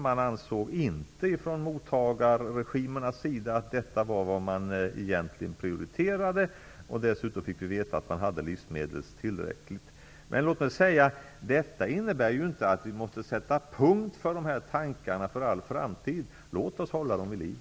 Mottagarregimerna ansåg inte att detta var vad man egentligen prioriterade, och dessutom fick vi veta att det fanns tillräckligt med livsmedel. Detta innebär emellertid inte att vi måste sätta punkt för de här tankarna för all framtid. Låt oss hålla dem vid liv!